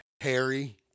Harry